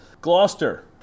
Gloucester